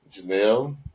Janelle